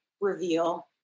reveal